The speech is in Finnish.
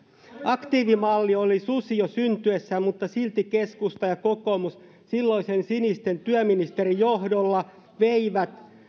aktiivimalli oli susi jo syntyessään mutta silti keskusta ja kokoomus silloisen sinisten työministerin johdolla veivät